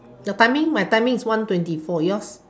the timing my timing is one twenty four yours